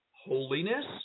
holiness